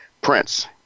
Prince